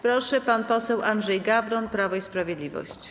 Proszę, pan poseł Andrzej Gawron, Prawo i Sprawiedliwość.